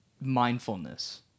mindfulness